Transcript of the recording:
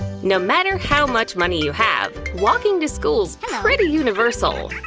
no matter how much money you have, walking to school's pretty universal.